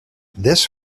this